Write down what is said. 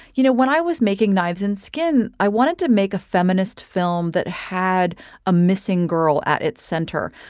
you know, when i was making knives in skin, i wanted to make a feminist film that had a missing girl at its center.